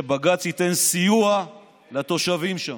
שבג"ץ ייתן סיוע לתושבים שם.